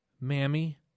Mammy